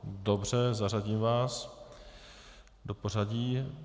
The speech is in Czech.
Dobře, zařadím vás do pořadí.